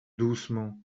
doucement